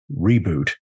reboot